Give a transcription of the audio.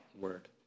word